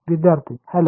विद्यार्थी हॅलो